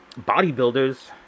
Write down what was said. bodybuilders